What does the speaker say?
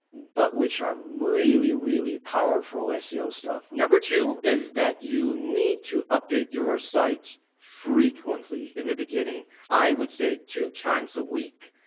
but which are really, really powerful seo stuff. number two, is that you need to update your site frequently in the beginning. i would say two times a week.